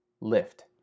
lift